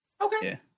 Okay